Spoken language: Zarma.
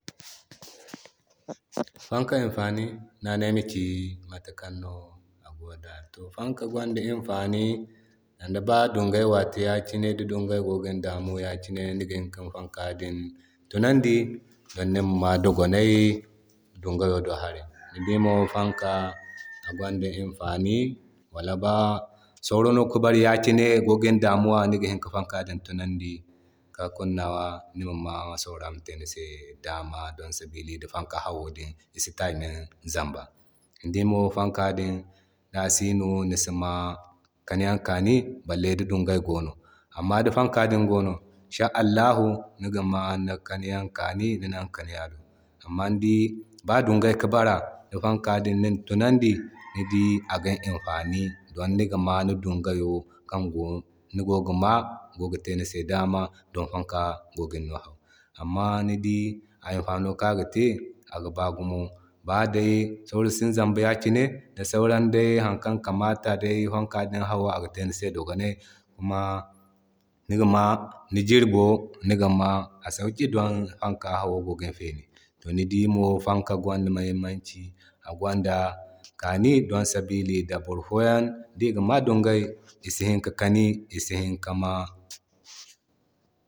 Fanka imfani no ane ayma ci matakan no ago da. To fanka gwanda imfani zama ba dungay wate yakine di dungay gogin dame niga hini ka fanka din tunandi don nima ma dogonay dungayo do haray. Ni dii mo fanka agwanda imfani wala ba soboro no ki bare yakine agogin dame niga hini ka fanka din tunandi ka kunnawa nigama sobara ma te nise dama don sabili da fanaka hawo din isi ta imani zamba. Ni dii mo fankadin da sino nisima Kani Yan kaani bale di dungay gono. Amma di fanka din go no sha Allahu nigama ni kaniyan kaani ni nan kaniyan do. Amma ni di ba dungay ka bara di fanka din nina tunan di ni dii aga imfani zama nigama ni dungayo kan go nigogi maa gogi te ni se dama don fanka agogin no hau. Amma ni dii imfano kan aga te ga baa gumo, ba day kyausi ze da sauran day har kan kamata day fanka hawo aga te ni se dogonay. Nigima ni girbo nigima a sauki don fanka awo agogin feni. To ni dii mo fanka agwanda muhimmanci agwanda kaani don sabili da boro foyan dinga ma dungay isi hini ki kani isi hini ki maa.